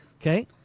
Okay